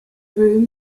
room